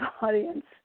audience